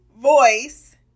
voice